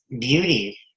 Beauty